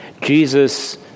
Jesus